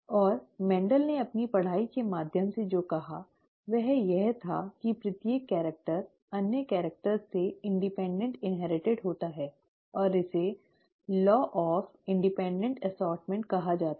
और मेंडल ने अपनी पढ़ाई के माध्यम से जो कहा वह यह था कि प्रत्येक कैरिक्टर अन्य कैरिक्टर से स्वतंत्र इन्हेरटिड होता है और इसे law of independent assortment कहा जाता है